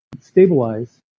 stabilize